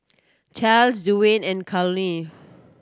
Clarnce Duwayne and Carlene